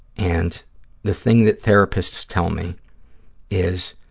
and the thing that therapists tell me is,